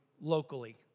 locally